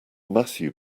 matthew